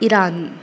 Iran